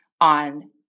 on